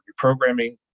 reprogramming